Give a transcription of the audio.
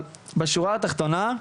אבל בשורה התחתונה,